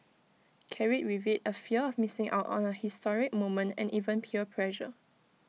carried with IT A fear of missing out on A historic moment and even peer pressure